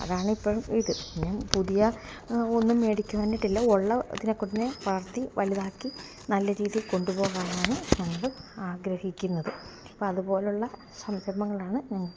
അതാണ് ഇപ്പഴും ഇത് പിന്നെ പുതിയ ഒന്നും ഉള്ള ഇതിനെ വളർത്തി വലുതാക്കി നല്ല രീതിയിൽ കൊണ്ടുപോകാനാണ് ഞങ്ങൾ ആഗ്രഹിക്കുന്നത് അപ്പം അതുപോലുള്ള സംരംഭങ്ങളാണ് ഞങ്ങൾക്ക്